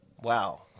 Wow